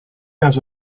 has